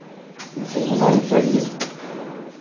ये सब होना ही चाहिए